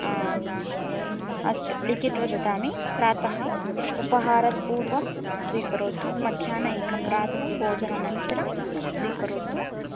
आम् अस्तु लिखित्वा ददामि प्रातः उपाहारात् पूर्वं स्वीकरोतु मध्याह्ने एकं रात्रौ भोजनानन्तरं स्वीकरोतु